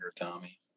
tommy